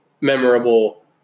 memorable